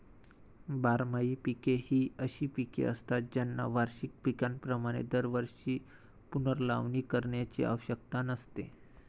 बारमाही पिके ही अशी पिके असतात ज्यांना वार्षिक पिकांप्रमाणे दरवर्षी पुनर्लावणी करण्याची आवश्यकता नसते